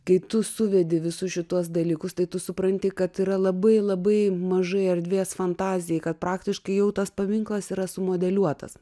kai tu suvedi visus šituos dalykus tai tu supranti kad yra labai labai mažai erdvės fantazijai kad praktiškai jau tas paminklas yra sumodeliuotas